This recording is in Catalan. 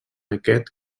aquest